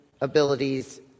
abilities